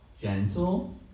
Gentle